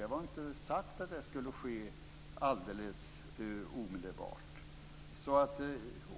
Det var inte sagt att det skulle ske alldeles omedelbart.